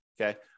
okay